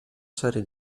serie